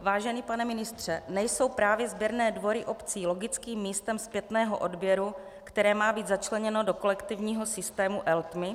Vážený pane ministře, nejsou právě sběrné dvory obcí logickým místem zpětného odběru, které má být začleněno do kolektivního systému Eltma?